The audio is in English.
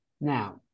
Now